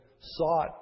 sought